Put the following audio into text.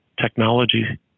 technology